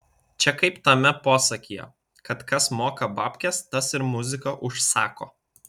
čia kaip tame posakyje kad kas moka babkes tas ir muziką užsako